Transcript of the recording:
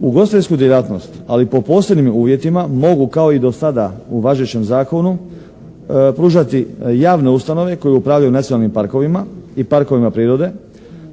Ugostiteljsku djelatnost ali po posebnim uvjetima mogu kao i do sada u važećem zakonu pružati javne ustanove koje upravljaju nacionalnim parkovima i parkovima prirode